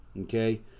okay